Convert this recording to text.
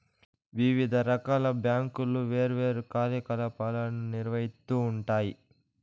వివిధ రకాల బ్యాంకులు వేర్వేరు కార్యకలాపాలను నిర్వహిత్తూ ఉంటాయి